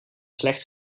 slecht